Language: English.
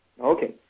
Okay